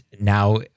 now